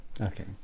okay